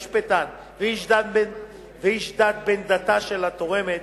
משפטן ואיש דת בן דתה של התורמת.